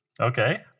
Okay